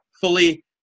fully